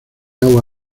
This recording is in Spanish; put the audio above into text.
agua